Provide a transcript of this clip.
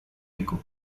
eco